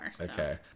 Okay